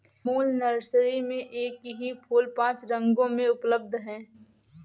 moon Nursery में एक ही फूल पांच रंगों में उपलब्ध है